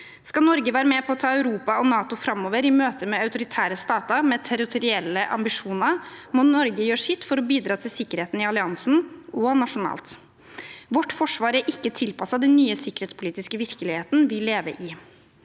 Skal Norge være med på å ta Europa og NATO framover i møte med autoritære stater med territorielle ambisjoner, må Norge gjøre sitt for å bidra til sikkerheten i alliansen og nasjonalt. Vårt forsvar er ikke tilpasset den nye sikkerhetspolitiske virkeligheten vi lever i.